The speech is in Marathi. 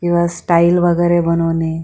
किंवा स्टाईल वगैरे बनवणे